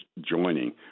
joining